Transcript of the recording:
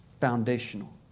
foundational